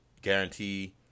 guarantee